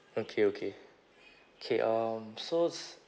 okay okay K um so